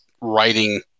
writing